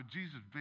Jesus